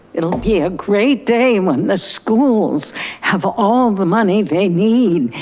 it'll be a great day when the schools have all the money they need.